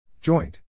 Joint